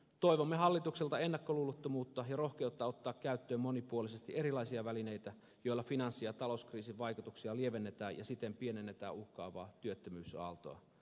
toivomme hallitukselta ennakkoluulottomuutta ja rohkeutta ottaa käyttöön monipuolisesti erilaisia välineitä joilla finanssi ja talouskriisin vaikutuksia lievennetään ja siten pienennetään uhkaavaa työttömyysaaltoa